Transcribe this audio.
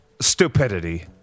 stupidity